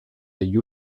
degli